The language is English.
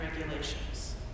regulations